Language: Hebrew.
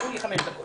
תנו לי חמש דקות.